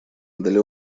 для